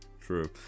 true